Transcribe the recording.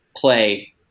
play